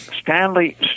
Stanley